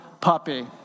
puppy